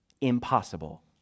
impossible